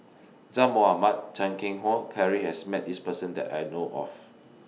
Zaqy Mohamad Chan Keng Howe Carry has Met This Person that I know of